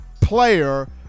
player